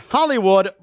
Hollywood